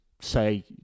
say